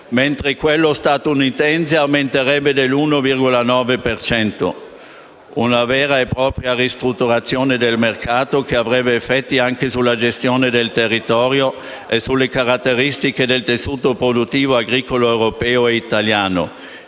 mentre quello statunitense aumenterebbe dell'1,9 per cento: una vera e propria ristrutturazione del mercato, che avrebbe effetti anche sulla gestione del territorio e sulle caratteristiche del tessuto produttivo agricolo europeo e italiano.